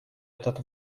этот